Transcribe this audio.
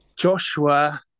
Joshua